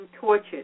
tortured